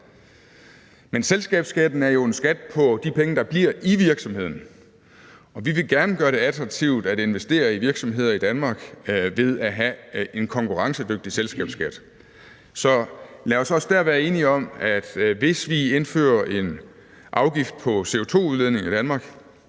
men selskabsskatten er jo en skat på de penge, der bliver i virksomheden. Vi vil gerne gøre det attraktivt at investere i virksomheder i Danmark ved at have en konkurrencedygtig selskabsskat. Så lad os også der være enige om, at hvis vi indfører en afgift på CO2-udledning i Danmark,